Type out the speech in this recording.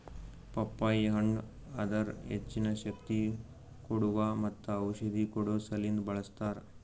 ಪಪ್ಪಾಯಿ ಹಣ್ಣ್ ಅದರ್ ಹೆಚ್ಚಿನ ಶಕ್ತಿ ಕೋಡುವಾ ಮತ್ತ ಔಷಧಿ ಕೊಡೋ ಸಲಿಂದ್ ಬಳ್ಸತಾರ್